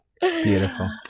beautiful